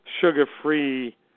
sugar-free